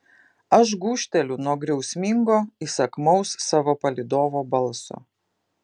aš gūžteliu nuo griausmingo įsakmaus savo palydovo balso